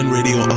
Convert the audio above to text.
Radio